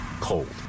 cold